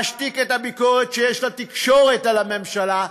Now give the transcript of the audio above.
להשתיק את הביקורת שיש לתקשורת על הממשלה,